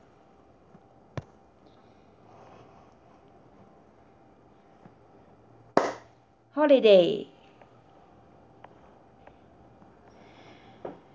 holiday